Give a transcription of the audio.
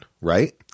right